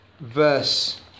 verse